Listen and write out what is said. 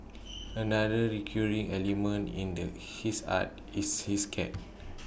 another recurring element in the his art is his cat